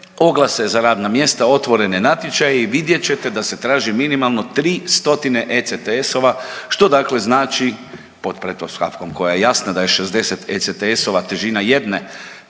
oglase za radna mjesta, otvorene natječaje i vidjet ćete da se traži minimalno 300 ECTS-ova što dakle znači pod pretpostavkom koja je jasna da je 60 ECTS-ova težina jedne